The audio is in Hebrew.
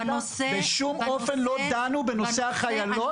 שום אופן לא דנו בנושא החיילות.